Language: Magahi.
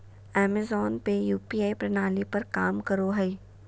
अमेज़ोन पे यू.पी.आई प्रणाली पर काम करो हय